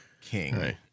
King